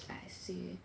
I see